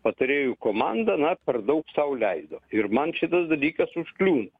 patarėjų komanda na per daug sau leido ir man šitas dalykas užkliūna